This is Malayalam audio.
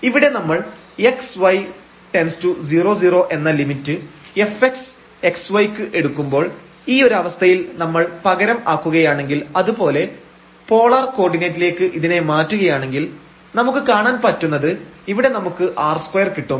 lim┬├ xy→0 0 ⁡〖fxx y0fx 0 0〗ഇവിടെ നമ്മൾ xy→0 0 എന്ന ലിമിറ്റ് fx x y ക്ക് എടുക്കുമ്പോൾ ഈ ഒരു അവസ്ഥയിൽ നമ്മൾ പകരം ആക്കുകയാണെങ്കിൽ അത് പോലെ പോളാർ കോർഡിനേറ്റിലേക്ക് ഇതിനെ മാറ്റുകയാണെങ്കിൽ നമുക്ക് കാണാൻ പറ്റുന്നത് ഇവിടെ നമുക്ക് r2 കിട്ടും